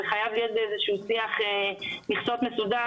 זה חייב לעשות באיזשהו שיח מכסות מסודר